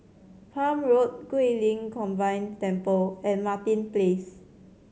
Palm Road Guilin Combined Temple and Martin Place